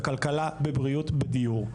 בכלכלה בבריאות ובדיור.